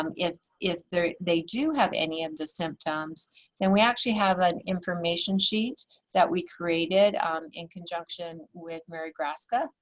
um if if they do have any of the symptoms and we actually have an information sheet that we created in conjunction with merry grasska,